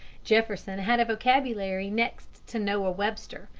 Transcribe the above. jefferson had a vocabulary next to noah webster,